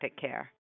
care